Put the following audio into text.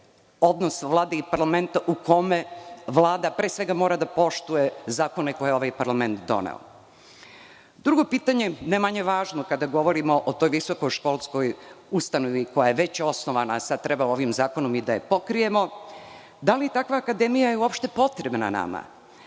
odnos vlade i parlamenta u kome vlada pre svega mora da poštuje zakone koje je parlament doneo. Drugo pitanje, ne manje važno, kada govorimo o toj visokoškolskoj ustanovi koja je već osnovana, a sada treba ovim zakonom i da je pokrijemo, glasi – da li je takva akademija uopšte potrebna nama?